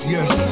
Yes